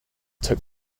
took